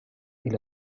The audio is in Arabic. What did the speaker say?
إلى